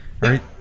right